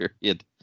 period